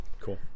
Cool